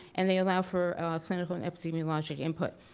and they allow for clinical and epidemiology input,